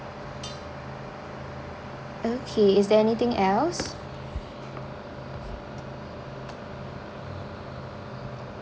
okay is there anything else